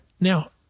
Now